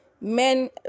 men